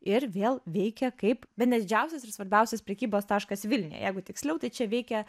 ir vėl veikė kaip bene didžiausias ir svarbiausias prekybos taškas vilniuje jeigu tiksliau tai čia veikia